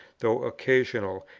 though occasional,